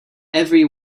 every